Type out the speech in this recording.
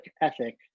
ethic